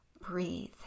breathe